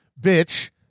bitch